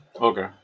okay